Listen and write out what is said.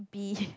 B